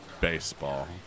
Baseball